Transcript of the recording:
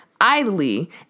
idly